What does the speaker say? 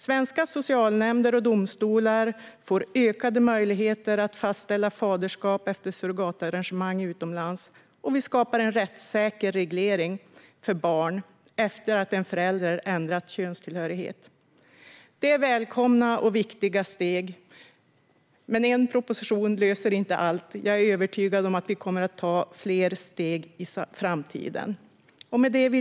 Svenska socialnämnder och domstolar får ökade möjligheter att fastställa faderskap efter surrogatarrangemang utomlands, och vi skapar en rättssäker reglering för barn efter att en förälder har ändrat könstillhörighet. Detta är välkomna och viktiga steg. Men en proposition löser inte allt. Jag är övertygad om att vi kommer att ta fler steg i framtiden.